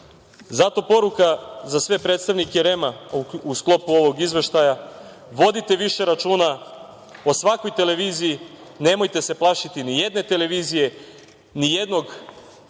fer. Zato poruka za sve predstavnike REM-a u sklopu ovog izveštaja, vodite više računa o svakoj televiziji, nemojte se plašiti nijedne televizije, nijedno prebogatog